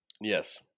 Yes